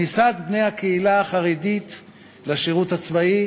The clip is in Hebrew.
כניסת בני הקהילה החרדית לשירות הצבאי